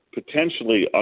potentially